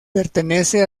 pertenece